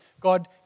God